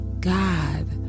God